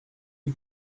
you